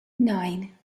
nine